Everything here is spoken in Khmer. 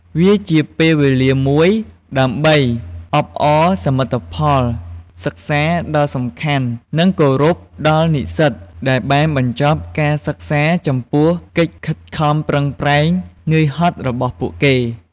វាជាពេលវេលាមួយ ដើម្បីអបអរសមិទ្ធផលសិក្សាដ៏សំខាន់ និងគោរពដល់និស្សិតដែលបានបញ្ចប់ការសិក្សាចំពោះកិច្ចខិតខំប្រឹងប្រែង នឿយហត់របស់ពួកគេ។